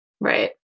Right